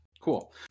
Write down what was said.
Cool